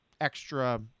extra